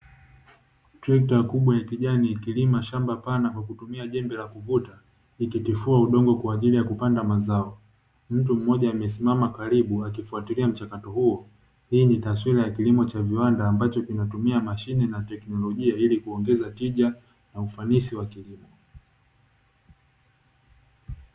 Trekta kubwa ya kijani ikilima shamba pana kwa kutumia jembe la kuvuta, ikitifua udongo kwa ajili ya kupanda mazao. Mtu mmoja amesimama karibu akifuatalia mchakato huu, hii ni taswira ya kilimo cha viwanda ambacho kinatumia mashine na teknolojia ili kuongeza tija na ufanisi wa kilimo.